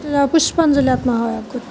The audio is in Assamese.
সেইটোৰ নাম পুস্পাঞ্জলী আত্মসহায়ক গোট